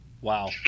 Wow